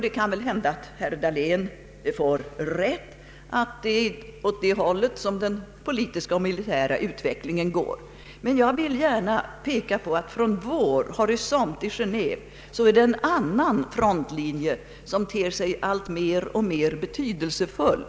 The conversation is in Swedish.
Det kan väl hända att herr Dahlén får rätt i att det är åt det hållet den politiska och militära utvecklingen går. Men jag vill gärna framhäva att från vår horisont i Genéve är det en annan frontlinje som ter sig a!ltmer betydelsefull.